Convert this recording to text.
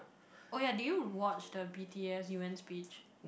oh ya did you watch the B_T_S-U_N speech